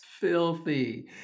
Filthy